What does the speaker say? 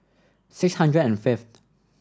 six hundred and fifth